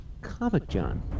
Comic-John